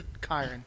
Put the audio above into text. Kyron